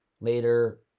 Later